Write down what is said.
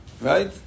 right